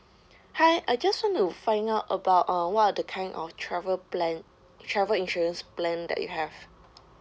hi I just want to find out about uh what are the kind of travel plan travel insurance plan that you have